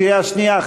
קריאה שנייה,